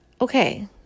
okay